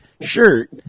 shirt